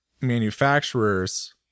manufacturers